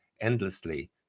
endlessly